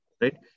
right